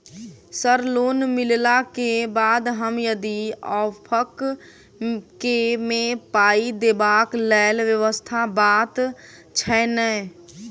Sir loan मिलला केँ बाद हम यदि ऑफक केँ मे पाई देबाक लैल व्यवस्था बात छैय नै?